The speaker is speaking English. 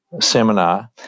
seminar